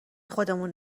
خودمون